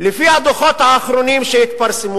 לפי הדוחות האחרונים שהתפרסמו,